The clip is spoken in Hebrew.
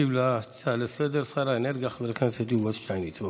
ישיב על ההצעה לסדר-היום שר האנרגיה חבר הכנסת יובל שטייניץ.